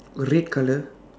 red colour